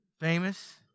famous